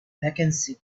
vacancy